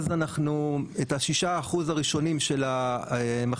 אז אנחנו את ששה האחוזים הראשונים של המכפלה